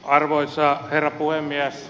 arvoisa herra puhemies